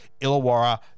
Illawarra